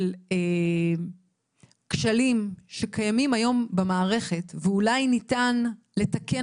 של כשלים שקיימים היום במערכת ואולי ניתן לתקן